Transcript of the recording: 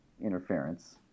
interference